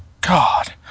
god